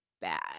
bad